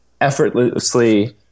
effortlessly